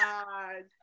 God